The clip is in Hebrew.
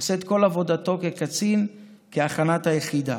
עושה את כל עבודתו כקצין כהכנת היחידה.